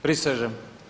Prisežem.